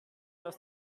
als